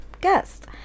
guest